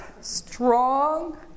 strong